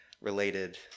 related